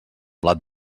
blat